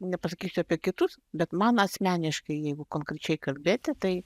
nepasakysiu apie kitus bet man asmeniškai jeigu konkrečiai kalbėti tai